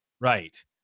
Right